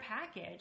package